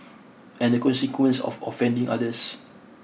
and the consequence of offending others